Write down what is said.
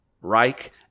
Reich